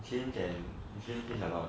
james and james change a lot